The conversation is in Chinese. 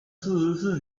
四十四